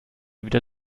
wieder